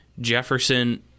jefferson